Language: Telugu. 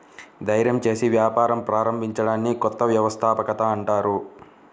ధైర్యం చేసి వ్యాపారం ప్రారంభించడాన్ని కొత్త వ్యవస్థాపకత అంటారు